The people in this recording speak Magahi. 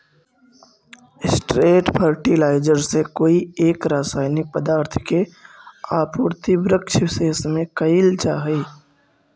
स्ट्रेट फर्टिलाइजर से कोई एक रसायनिक पदार्थ के आपूर्ति वृक्षविशेष में कैइल जा हई